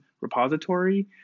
repository